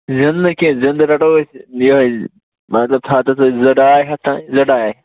زِنٛدٕ نہٕ کیٚنٛہہ زِنٛدٕ رَٹہو أسۍ یِہَے مطلب تھاو تَے تُہۍ زِٕ ڈاے ہَتھ تانۍ زٕ ڈاے ہَتھ